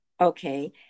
Okay